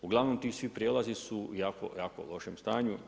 Uglavnom ti svi prijelazi su u jako, jako lošem stanju.